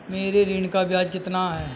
मेरे ऋण का ब्याज कितना है?